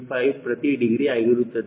035 ಪ್ರತಿ ಡಿಗ್ರಿ ಆಗಿರುತ್ತದೆ